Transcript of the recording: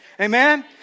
Amen